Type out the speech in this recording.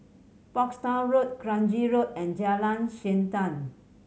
Portsdown Road Kranji Road and Jalan Siantan